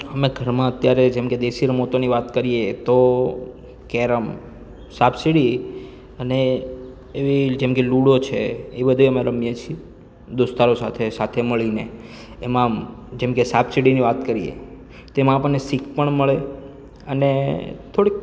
અમે ઘરમાં અત્યારે જેમ કે દેશી રમતોની વાત કરીએ તો કેરમ સાપસીડી અને એવી જેમ કે લુડો છે એ બધી અમે રમીએ છીએ દોસ્તારો સાથે સાથે મળીને એમાં જેમ કે સાપસીડીની વાત કરીએ તેમાં આપણને શીખ પણ મળે અને થોડીક